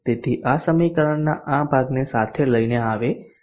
તેથી આ સમીકરણના આ ભાગને સાથે લઇને આવે છે